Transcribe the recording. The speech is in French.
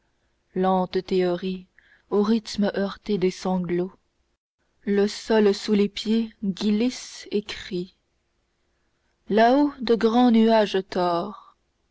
lente théorie au rythme heurté des sanglots le sol sous les pieds glisse et crie là-haut de grands nuages tors